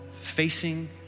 facing